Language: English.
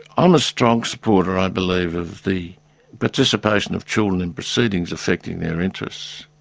i'm a strong supporter, i believe, of the participation of children in proceedings affecting their interests,